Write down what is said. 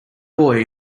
boy